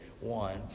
one